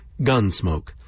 Gunsmoke